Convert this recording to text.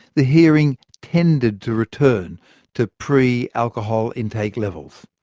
the hearing tended to return to pre-alcohol intake levels.